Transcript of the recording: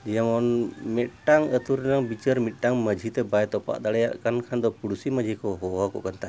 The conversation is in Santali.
ᱡᱮᱢᱚᱱ ᱢᱤᱫᱴᱟᱝ ᱟᱹᱛᱩᱨᱮᱱᱟᱜ ᱵᱤᱪᱟᱹᱨ ᱢᱤᱫᱴᱟᱝ ᱢᱟᱺᱡᱷᱤᱛᱮ ᱵᱟᱭ ᱛᱚᱯᱟᱜ ᱫᱟᱲᱮᱭᱟᱜ ᱠᱟᱱ ᱠᱷᱟᱱ ᱫᱚ ᱯᱩᱬᱥᱤ ᱢᱟᱺᱡᱷᱤ ᱠᱚ ᱦᱚᱦᱚᱣᱟᱠᱚ ᱠᱟᱱ ᱛᱟᱦᱮᱸᱜᱼᱟ